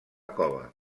cova